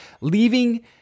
leaving